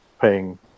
paying